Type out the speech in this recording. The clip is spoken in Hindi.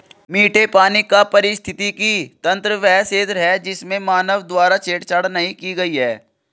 मीठे पानी का पारिस्थितिकी तंत्र वह क्षेत्र है जिसमें मानव द्वारा छेड़छाड़ नहीं की गई है